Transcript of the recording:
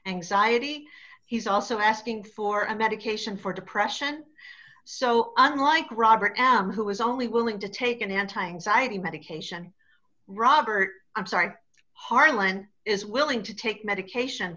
anxiety he's also asking for a medication for depression so unlike robert m who is only willing to take an anti anxiety medication robert i'm sorry harlan is willing to take medication